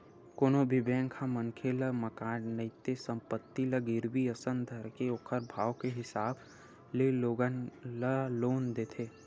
कोनो भी बेंक ह मनखे ल मकान नइते संपत्ति ल गिरवी असन धरके ओखर भाव के हिसाब ले लोगन ल लोन देथे